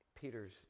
Peter's